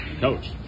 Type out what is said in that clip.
coach